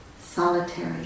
solitary